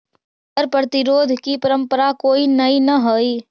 कर प्रतिरोध की परंपरा कोई नई न हई